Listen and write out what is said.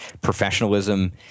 professionalism